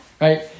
Right